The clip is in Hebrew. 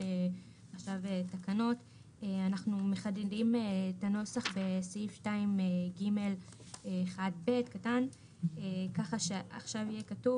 עכשיו בתקנות אנחנו מחדדים את הנוסח בסעיף 2ג1(ב) כך שעכשיו יהיה כתוב